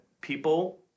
people